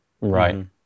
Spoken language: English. Right